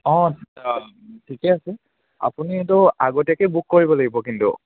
অঁ ঠিকে আছে আপুনিতো আগতীয়াকৈ বুক কৰিব লাগিব কিন্তু